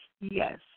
Yes